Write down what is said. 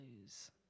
lose